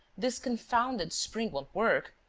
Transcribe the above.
this confounded spring won't work,